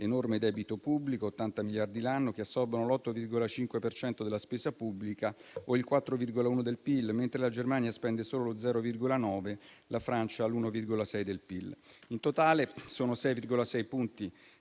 enorme debito pubblico (80 miliardi all'anno) che assorbono l'8,5 per cento della spesa pubblica o il 4,1 del PIL. Mentre la Germania spende solo lo 0,9, la Francia l'1,6 del PIL. In totale sono 6,6 punti